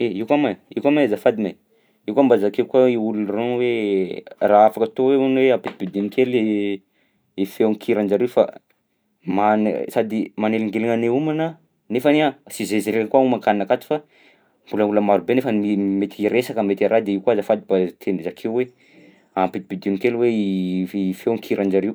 E! Io koa ma io koa ma azafady ne io koa mba zakay koa i olona rôgny hoe raha afaka atao hoe hono e ampidimpino kely i feon-kiran-jareo fa mane- sady manelingeligna anay homana nefany sy zay izy irery koa homan-kanina akato fa mbola olona maro be nefany mety hiresaka mety araha de io koa azafady mba ten- zakay hoe ampidimpidino kely hoe i f- i feon-kiran-jareo.